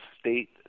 state